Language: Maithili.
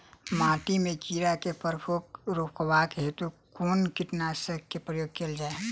माटि मे कीड़ा केँ प्रकोप रुकबाक हेतु कुन कीटनासक केँ प्रयोग कैल जाय?